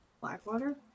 Blackwater